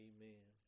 Amen